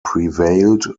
prevailed